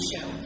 show